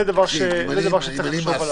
זה דבר שצריך לחשוב עליו.